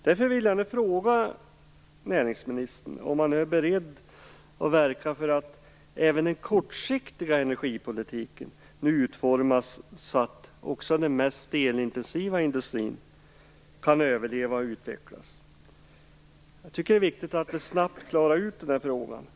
Därför vill jag nu fråga ministern om han är beredd att verka för att även den kortsiktiga energipolitiken nu utformas så att också den mest elintensiva industrin kan överleva och utvecklas. Jag tycker att det är viktigt att vi snabbt klarar ut den frågan.